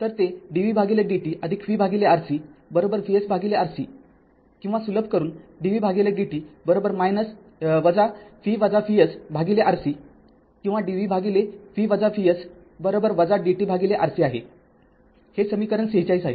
तर ते dvdt vRc VsRc किंवा सुलभ करून dvdt Rc किंवा dv dtRc आहे हे समीकरण ४६ आहे